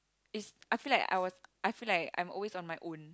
is I feel like I was I feel like I'm always on my own